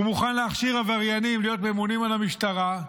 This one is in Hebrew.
הוא מוכן להכשיר עבריינים להיות ממונים על המשטרה,